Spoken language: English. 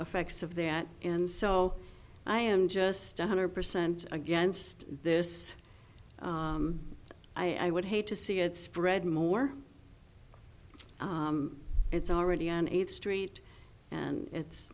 effects of that and so i am just one hundred percent against this i would hate to see it spread more it's already on eighth street and it's